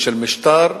משטר,